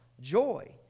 joy